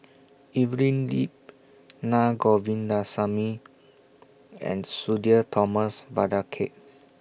Evelyn Lip Naa Govindasamy and Sudhir Thomas Vadaketh